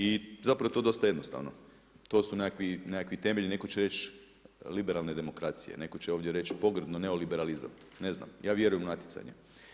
I zapravo to je dosta jednostavno, to su nekakvi temelji, netko će reći liberalne demokracije, netko će ovdje reći pogrdne neoliberalizam, ne znam, ja vjerujem u natjecanje.